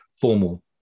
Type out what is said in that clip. formal